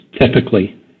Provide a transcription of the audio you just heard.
typically